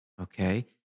okay